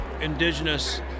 indigenous